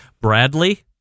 Bradley